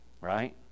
right